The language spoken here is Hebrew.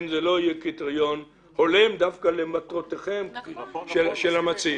קריטריון הולם למטרות המציעים.